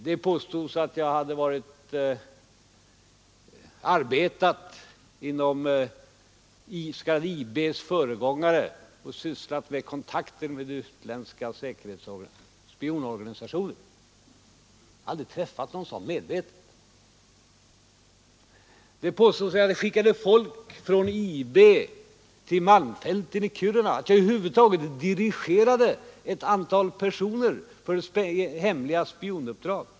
Det påstods att jag hade arbetat inom den s.k. IB:s föregångare och sysslat med kontakter med utländska spionorganisationer. Jag har aldrig medvetet träffat någon representant för en sådan. Det påstods att jag skickade folk från IB till malmfälten i Kiruna och över huvud taget dirigerade ett antal personer för hemliga spionuppdrag.